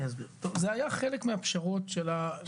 אני אסביר, אלו היו חלק מהפשרות שלנו.